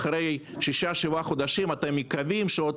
אחרי שישה-שבעה חודשים אתם מקווים שבעוד